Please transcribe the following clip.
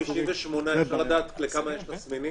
החובה היא לקחת את כל עצורי הימים,